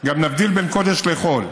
גם נבדיל בין קודש לחול.